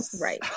Right